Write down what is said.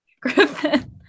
Griffin